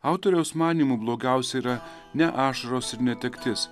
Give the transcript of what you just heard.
autoriaus manymu blogiausia yra ne ašaros ir netektis